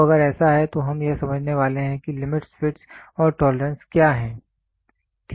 तो अगर ऐसा है तो हम यह समझने वाले हैं कि लिमिटस् फिटस् और टॉलरेंस क्या हैं ठीक है